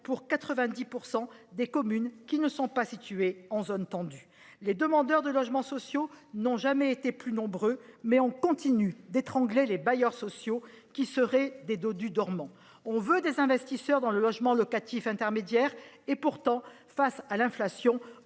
90 % des communes qui ne sont pas situées en zone tendue. Les demandeurs de logements sociaux n'ont jamais été plus nombreux, mais on continue d'étrangler les bailleurs sociaux, qui seraient des dodus dormants. On veut des investisseurs dans le logement locatif intermédiaire ; pourtant, face à l'inflation,